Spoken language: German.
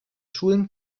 schulen